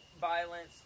violence